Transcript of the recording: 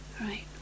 Right